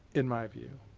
in my view.